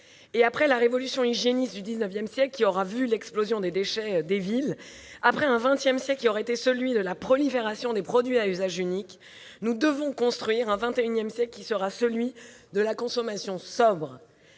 ? Après la révolution hygiéniste du XIXsiècle, qui aura vu l'explosion des déchets des villes, après un XX siècle qui aura été celui de la prolifération des produits à usage unique, nous devons construire un XXI siècle qui sera celui de la consommation sobre,